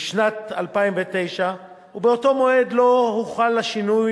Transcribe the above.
משנת 2009. ובאותו מועד לא הוחל השינוי,